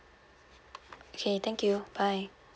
okay thank you bye